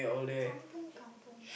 kampung kampung